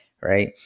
right